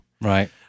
Right